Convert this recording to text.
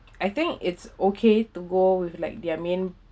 I think it's okay to go with like their main